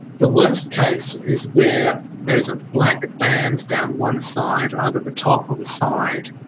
the worst case is where there is a black band down one side, either the top or the side,